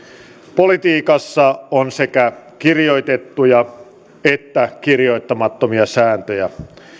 politiikassa on sekä kirjoitettuja että kirjoittamattomia sääntöjä